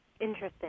Interesting